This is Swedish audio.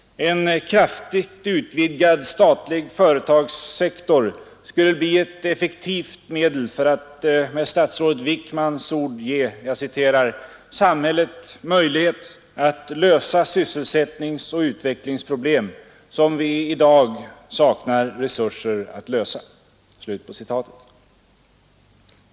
En kraftigt utvidgad statlig företagssektor skulle bli ett effektivt medel för att, med statsrådet Wickmans ord, ge ”samhället möjlighet att lösa sysselsättningsoch utvecklingsproblem som vi i dag saknar resurser att lösa”.